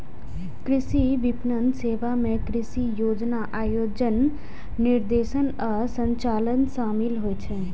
कृषि विपणन सेवा मे कृषि योजना, आयोजन, निर्देशन आ संचालन शामिल होइ छै